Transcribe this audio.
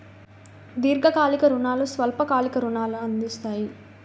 దీర్ఘకాలిక రుణాలు స్వల్ప కాలిక రుణాలు అందిస్తాయి